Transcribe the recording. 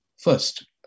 First